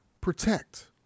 protect